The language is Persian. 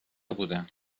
بودم